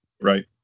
Right